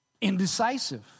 indecisive